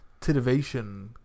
titivation